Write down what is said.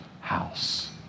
house